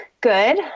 good